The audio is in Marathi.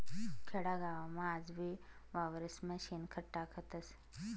खेडागावमा आजबी वावरेस्मा शेणखत टाकतस